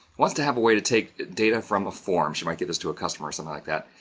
wants to have a way to take data from a form. she might get us to a customer, something like that,